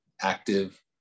active